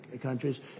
countries